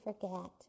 forget